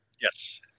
Yes